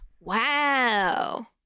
Wow